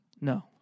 No